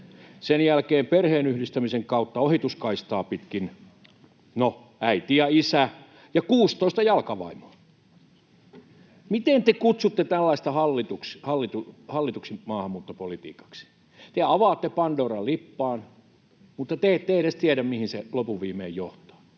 sen jälkeen perheenyhdistämisen kautta ohituskaistaa pitkin, no, äiti ja isä ja 16 jalkavaimoa. Miten te kutsutte tällaista hallituksi maahanmuuttopolitiikaksi? Te avaatte pandoran lippaan, mutta te ette edes tiedä, mihin se lopun viimein johtaa.